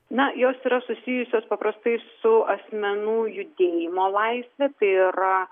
na jos yra susijusios paprastai su asmenų judėjimo laisve tai yra